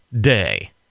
Day